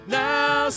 now